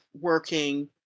working